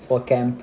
for camp